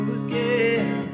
again